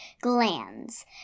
glands